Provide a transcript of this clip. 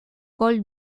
col